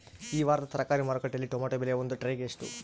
ಈ ವಾರದ ತರಕಾರಿ ಮಾರುಕಟ್ಟೆಯಲ್ಲಿ ಟೊಮೆಟೊ ಬೆಲೆ ಒಂದು ಟ್ರೈ ಗೆ ಎಷ್ಟು?